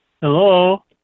Hello